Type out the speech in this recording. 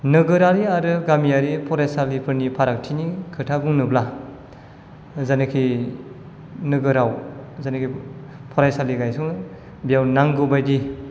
नोगोरारि आरो गामियारि फरायसिलिफोरनि फारागथिनि खोथा बुंनोब्ला जेनोखि नोगोराव जेनोखि फरायसालि गायस'नो बेयाव नांगौ बादि